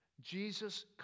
Jesus